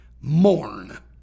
mourn